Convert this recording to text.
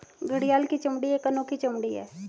घड़ियाल की चमड़ी एक अनोखी चमड़ी है